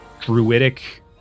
druidic